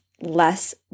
less